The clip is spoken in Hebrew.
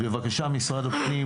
בבקשה, משרד הפנים